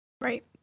right